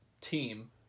team